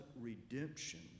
redemption